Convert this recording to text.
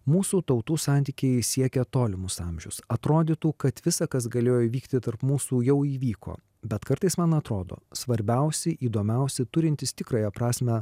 mūsų tautų santykiai siekia tolimus amžius atrodytų kad visa kas galėjo įvykti tarp mūsų jau įvyko bet kartais man atrodo svarbiausi įdomiausi turintys tikrąją prasmę